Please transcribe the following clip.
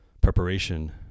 preparation